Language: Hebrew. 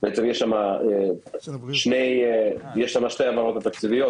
יש שם שתי העברות תקציביות.